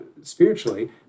spiritually